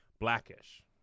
Blackish